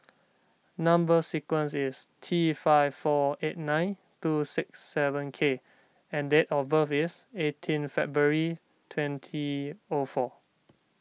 Number Sequence is T five four eight nine two six seven K and date of birth is eighteen February twenty O four